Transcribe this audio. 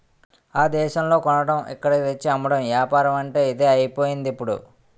ఆ దేశంలో కొనడం ఇక్కడకు తెచ్చి అమ్మడం ఏపారమంటే ఇదే అయిపోయిందిప్పుడు